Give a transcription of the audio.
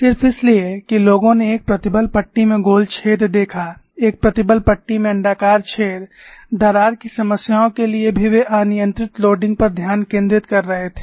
सिर्फ इसलिए कि लोगों ने एक प्रतिबल पट्टी में गोल छेद देखा एक प्रतिबल पट्टी में अण्डाकार छेद दरार की समस्याओं के लिए भी वे अनियंत्रित भार पर ध्यान केंद्रित कर रहे थे